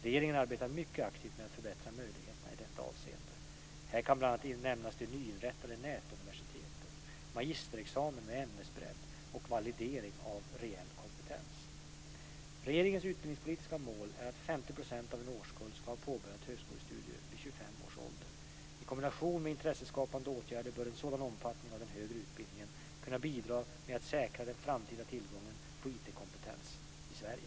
Regeringen arbetar mycket aktivt med att förbättra möjligheterna i detta avseende. Här kan bl.a. nämnas det nyinrättade nätuniversitetet, magisterexamen med ämnesbredd och validering av reell kompetens. års ålder. I kombination med intresseskapande åtgärder bör en sådan omfattning av den högre utbildningen kunna bidra till att säkra den framtida tillgången på IT-kompetens i Sverige.